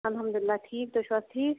الحمدُاللہ ٹھیٖک تُہۍ چھُو حظ ٹھیٖک